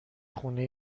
خونه